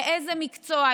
לאיזה מקצוע,